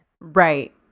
right